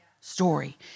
story